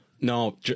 No